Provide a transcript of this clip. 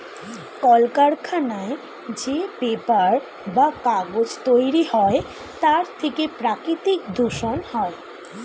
কলকারখানায় যে পেপার বা কাগজ তৈরি হয় তার থেকে প্রাকৃতিক দূষণ হয়